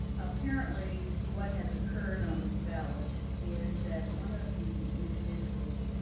apparently, what has occurred on this ballot is that one of the individuals,